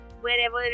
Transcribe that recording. wherever